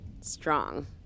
Strong